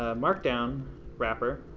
ah markdown wrapper